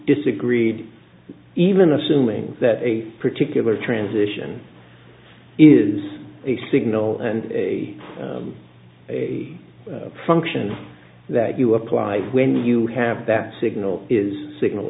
disagreed even assuming that a particular transition is a signal and a function that you apply when you have that signal is signal